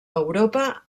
europa